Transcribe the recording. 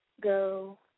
go